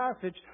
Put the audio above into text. passage